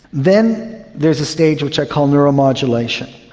then there's a stage which i call neuromodulation.